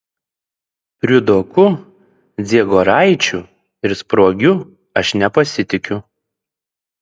priudoku dziegoraičiu ir spruogiu aš nepasitikiu